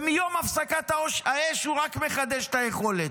ומיום הפסקת האש הוא רק מחדש את היכולת.